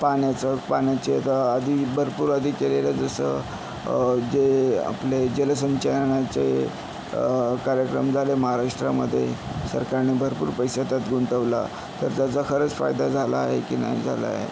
पाण्याचं पाण्याचे आधी भरपूर आधी केलेलं जसं जे आपले जल संचयनाचे कार्यक्रम झाले महाराष्ट्रामध्ये सरकारने भरपूर पैसा त्यात गुंतवला तर त्याचा खरंच फायदा झाला आहे की नाही झाला आहे